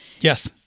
Yes